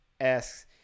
asks